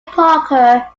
parker